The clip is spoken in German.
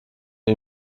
nur